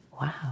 Wow